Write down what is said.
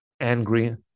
angry